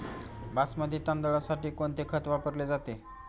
बासमती तांदळासाठी कोणते खत वापरले जाते?